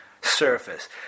surface